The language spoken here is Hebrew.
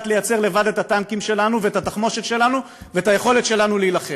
לייצר לבד את הטנקים שלנו ואת התחמושת שלנו ואת היכולת שלנו להילחם.